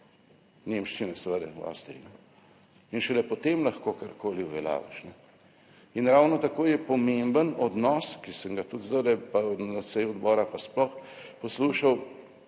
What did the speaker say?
nemščine, seveda, v Avstriji, in šele potem lahko karkoli uveljaviš. In ravno tako je pomemben odnos, ki sem ga tudi zdajle, na seji odbora pa sploh poslušal